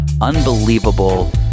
unbelievable